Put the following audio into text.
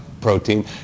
protein